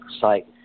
site